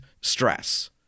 stress